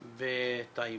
בטייבה.